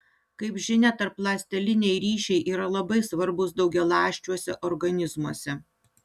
kaip žinia tarpląsteliniai ryšiai yra labai svarbūs daugialąsčiuose organizmuose